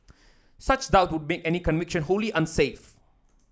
such doubts would make any conviction wholly unsafe